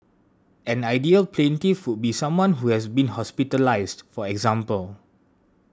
an ideal plaintiff would be someone who has been hospitalised for example